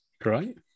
Great